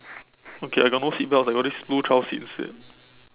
okay I got no seat belts I got this blue child seat instead